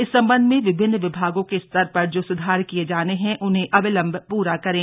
इस सम्बन्ध में विभिन्न विभागों के स्तर पर जो सुधार किये जाने हैं उन्हें अविलम्ब पूरा करें